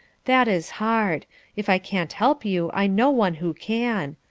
that is hard if i can't help you, i know one who can.